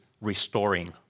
restoring